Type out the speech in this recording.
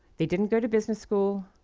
they didn't go to business school.